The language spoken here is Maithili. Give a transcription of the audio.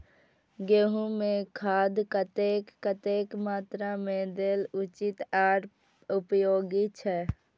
गेंहू में खाद कतेक कतेक मात्रा में देल उचित आर उपयोगी छै?